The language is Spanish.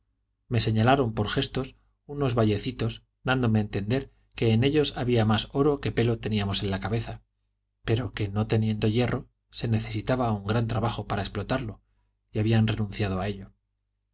me señalaron por gestos unos vallecitos dándome a entender que en ellos había más oro que pelo teníamos en la cabeza pero que no teniendo hierro se necesitaba un gran trabajo para explotarlo y habían renunciado a ello